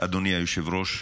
אדוני היושב-ראש,